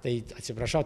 tai atsiprašau